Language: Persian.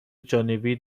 جانبی